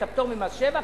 את הפטור ממס שבח,